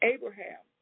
Abraham